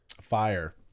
fire